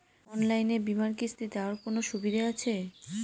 অনলাইনে বীমার কিস্তি দেওয়ার কোন সুবিধে আছে?